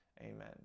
Amen